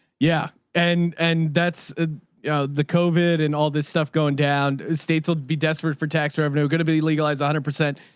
yeah. and, and that's ah yeah the covid and all this stuff going down states will be desperate for tax revenue. i'm going to be legalized a hundred percent.